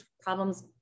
problems